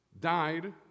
died